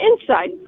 inside